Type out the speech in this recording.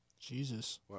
Jesus